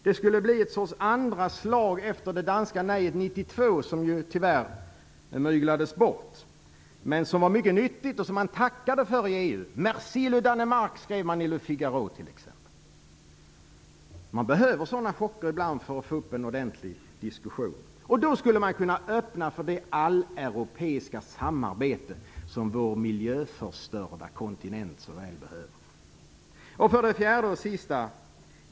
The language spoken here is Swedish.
Det skulle bli en sorts andra slag efter det danska nejet 1992, som ju tyvärr myglades bort men som var mycket nyttigt och som man tackade för i EU. Merci, le Danemark, skrev t.ex. Le Figaro. Man behöver sådana chocker ibland för att få en ordentlig diskussion. Då skulle man kunna öppna för det alleuropeiska samarbete som vår miljöförstörda kontinent så väl behöver.